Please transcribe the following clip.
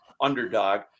underdog